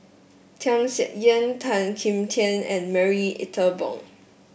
Tham Sien Yen Tan Kim Tian and Marie Ethel Bong